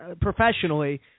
professionally